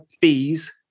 bees